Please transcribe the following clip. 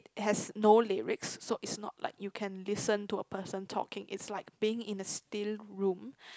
has no lyrics so it's not like you can listen a person talking it's like being in a steel room